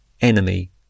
enemy